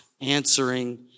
answering